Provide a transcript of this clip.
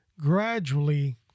gradually